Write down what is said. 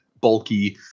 bulky